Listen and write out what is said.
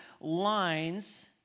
lines